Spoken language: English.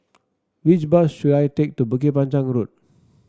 which bus should I take to Bukit Panjang Road